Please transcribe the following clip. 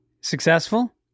Successful